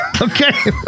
Okay